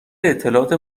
اطلاعات